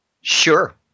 Sure